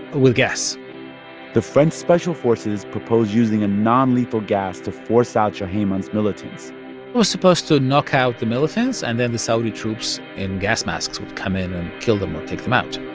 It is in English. with gas the french special forces proposed using a nonlethal gas to force out juhayman's militants it was supposed to knock out the militants, and then the saudi troops in gas masks would come in and kill them or take them out